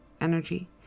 energy